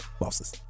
losses